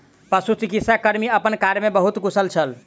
पशुचिकित्सा कर्मी अपन कार्य में बहुत कुशल छल